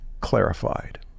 clarified